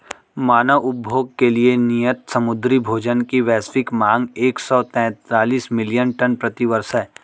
मानव उपभोग के लिए नियत समुद्री भोजन की वैश्विक मांग एक सौ तैंतालीस मिलियन टन प्रति वर्ष है